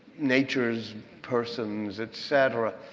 nature's person, et cetera.